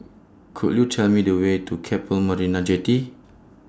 Could YOU Tell Me The Way to Keppel Marina Jetty